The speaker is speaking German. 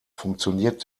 funktioniert